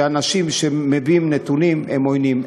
שאנשים שמביאים נתונים הם עוינים.